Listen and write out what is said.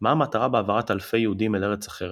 "מה המטרה בהעברת אלפי יהודים אל ארץ אחרת...